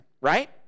right